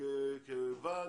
כוועד